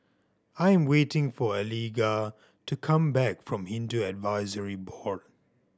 I'm waiting for Eliga to come back from Hindu Advisory Board